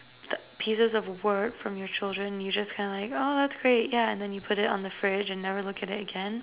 uh pieces of work from your children you just kind of like oh that's great yeah and you put it on the fridge and never look at it again